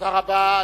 תודה רבה.